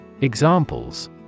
Examples